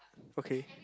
okay